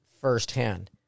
firsthand